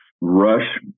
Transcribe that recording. rush